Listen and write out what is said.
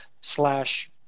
slash